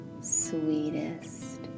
Sweetest